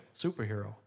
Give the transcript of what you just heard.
superhero